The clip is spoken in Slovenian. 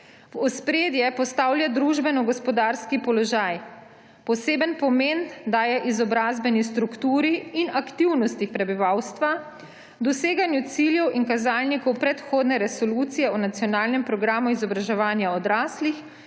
V ospredje postavlja družbeno-gospodarski položaj. Poseben pomen daje izobrazbeni strukturi in aktivnosti prebivalstva, doseganju ciljev in kazalnikov predhodne resolucije o nacionalnem programu izobraževanja odraslih